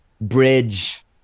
bridge